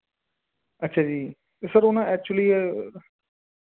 ਅੱਛਾ ਜੀ ਸਰ ਉਹ ਨਾ ਐਕਚੁਲੀ